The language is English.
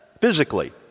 physically